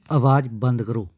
ਆਵਾਜ਼ ਬੰਦ ਕਰੋ